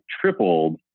tripled